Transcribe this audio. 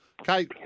Okay